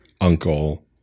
uncle